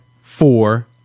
four